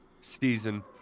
season